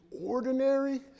ordinary